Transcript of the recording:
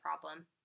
problem